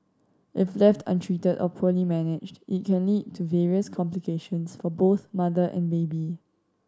if left untreated or poorly managed it can lead to various complications for both mother and baby